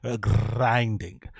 grinding